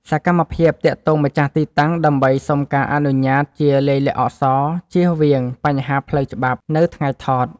សកម្មភាពទាក់ទងម្ចាស់ទីតាំងដើម្បីសុំការអនុញ្ញាតជាលាយលក្ខណ៍អក្សរ ជៀសវាងបញ្ហាផ្លូវច្បាប់នៅថ្ងៃថត។